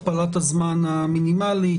הכפלת הזמן המינימלי,